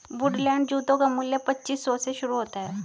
Woodland जूतों का मूल्य पच्चीस सौ से शुरू होता है